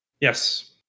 Yes